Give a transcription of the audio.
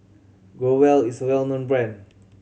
Growell is a well known brand